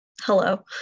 Hello